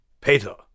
Peter